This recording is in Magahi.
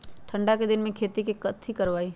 ठंडा के दिन में कथी कथी की खेती करवाई?